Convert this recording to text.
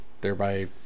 thereby